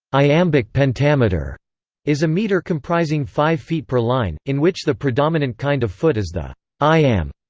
iambic pentameter is a meter comprising five feet per line, in which the predominant kind of foot is the iamb.